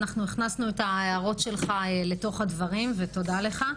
אנחנו הכנסנו את ההערות שלך לתוך הדברים ותודה לך.